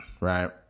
right